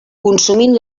consumint